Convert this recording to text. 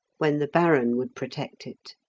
when the baron would protect it.